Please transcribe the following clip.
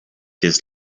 his